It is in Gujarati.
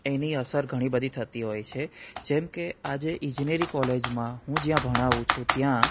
એની અસર ઘણી બધી થતી હોય છે જેમ કે આજે ઈજનેરી કોલેજમાં હું જ્યાં ભણાવું છું ત્યાં